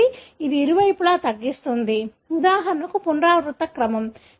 కాబట్టి ఇది ఇరువైపులా తగ్గిస్తుంది ఉదాహరణకు పునరావృత క్రమం